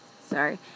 sorry